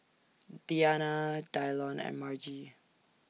Deana Dylon and Margie